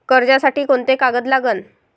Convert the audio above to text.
कर्जसाठी कोंते कागद लागन?